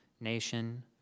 nation